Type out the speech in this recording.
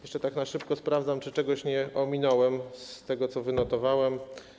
Jeszcze tak na szybko sprawdzam, czy czegoś nie ominąłem z tego, co wynotowałem.